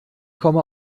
komme